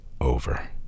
over